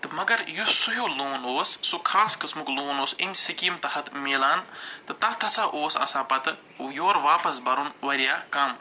تہٕ مگر یُس سُہ ہیوٗ لون اوس سُہ خاص قٕسمُک لون اوس اَمہِ سِکیٖم تحت مِلان تہٕ تَتھ ہسا اوس آسان پتہٕ یورٕ واپَس بَرُن واریاہ کَم